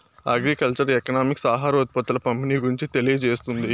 agriculture economics ఆహార ఉత్పత్తుల పంపిణీ గురించి తెలియజేస్తుంది